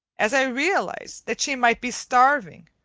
as i realized that she might be starving,